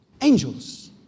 angels